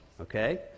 okay